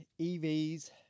EVs